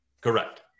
Correct